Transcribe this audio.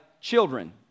children